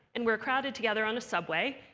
and we're crowded together on a subway,